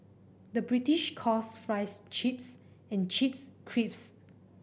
the British calls fries chips and chips crisps